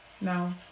No